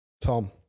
Tom